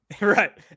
right